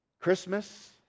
Christmas